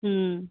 হুম